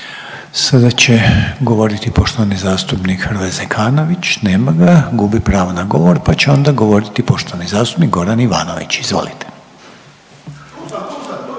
Sada će govoriti poštovani zastupnik Hrvoje Zekanović, nema ga, gubi pravo na govor, pa će onda govoriti poštovani zastupnik Goran Ivanović, izvolite.